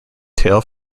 tail